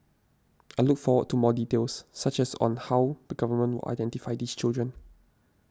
I look forward to more details such as on how the government identify these children